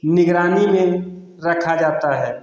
निगरानी में रखा जाता है